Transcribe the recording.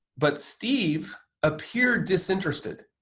but steve appeared disinterested.